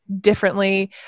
differently